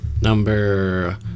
number